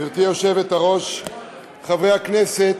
גברתי היושבת-ראש, חברי הכנסת,